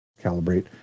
calibrate